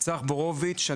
צח בורוביץ'.